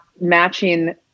matching